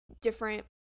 different